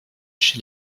chez